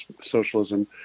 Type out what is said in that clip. socialism